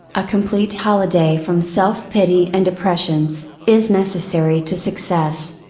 a complete holiday from self pity and depressions, is necessary to success.